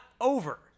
over